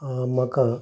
म्हाका